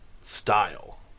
style